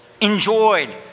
enjoyed